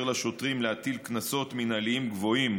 לשוטרים להטיל קנסות מינהליים גבוהים,